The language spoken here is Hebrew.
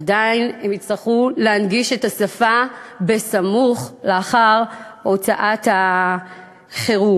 עדיין הם יצטרכו להנגיש את השפה סמוך לאחר הוצאת החירום.